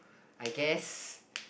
I guess